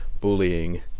bullying